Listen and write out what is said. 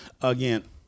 again